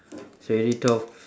it's already twelve